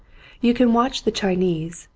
you can watch the chinese,